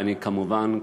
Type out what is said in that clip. ואני כמובן,